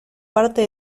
parte